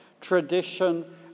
tradition